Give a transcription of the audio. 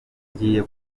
njyiye